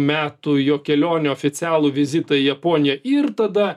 metų jo kelionių oficialų vizitą į japoniją ir tada